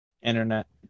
Internet